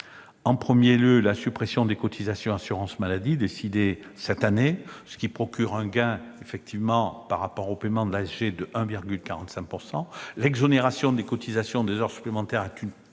Je pense à la suppression des cotisations d'assurance maladie, décidée cette année. Cela procure un gain par rapport au paiement de la CSG de 1,45 %. L'exonération des cotisations sur les heures supplémentaires est une